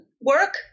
work